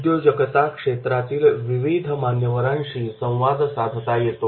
उद्योजकता क्षेत्रातील विविध मान्यवरांशी संवाद साधता येतो